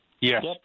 Yes